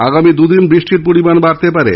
আগামী দু দিনে বৃষ্টির পরিমাণ বাড়তে পারে